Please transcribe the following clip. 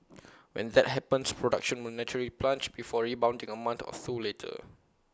when that happens production will naturally plunge before rebounding A month or two later